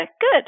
Good